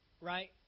Right